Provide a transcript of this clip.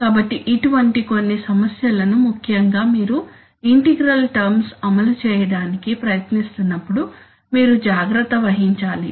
కాబట్టి ఇటువంటి కొన్ని సమస్యలను ముఖ్యంగా మీరు ఇంటిగ్రల్ టర్మ్స్ అమలు చేయడానికి ప్రయత్నిస్తున్నప్పుడు మీరు జాగ్రత్త వహించాలి